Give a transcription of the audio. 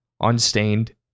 unstained